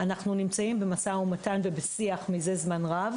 אנחנו נמצאים במשא ומתן ובשיח מזה זמן רב.